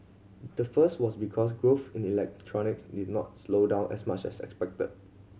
the first was because growth in electronics did not slow down as much as expected